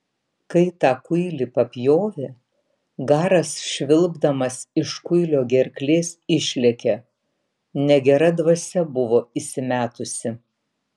kai tą kuilį papjovė garas švilpdamas iš kuilio gerklės išlėkė negera dvasia buvo įsimetusi